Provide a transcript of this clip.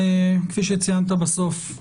כפי שציינת בסוף,